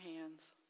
hands